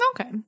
Okay